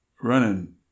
running